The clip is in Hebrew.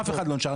אף אחד לא נישאר.